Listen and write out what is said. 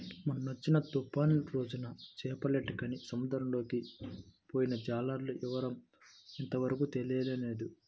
మొన్నొచ్చిన తుఫాను రోజున చేపలేటకని సముద్రంలోకి పొయ్యిన జాలర్ల వివరం ఇంతవరకు తెలియనేలేదు